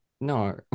no